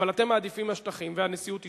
אבל אתם מעדיפים "השטחים", והנשיאות אישרה,